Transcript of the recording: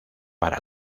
para